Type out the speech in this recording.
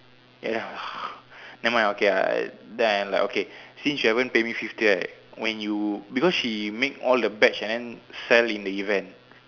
ya lah never mind okay lah then I like okay since you haven't pay me back fifty right when you because she make all those badge and than sell in the event